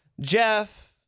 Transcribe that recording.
Jeff